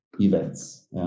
events